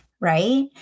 right